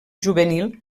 juvenil